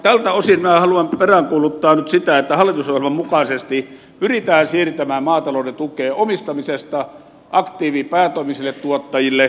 tältä osin haluan peräänkuuluttaa nyt sitä että hallitusohjelman mukaisesti pyritään siirtämään maatalouden tukea omistamisesta aktiivi päätoimisille tuottajille